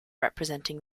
representing